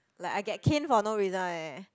like I get caned for no reason [one] eh